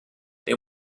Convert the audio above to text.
they